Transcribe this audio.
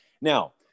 Now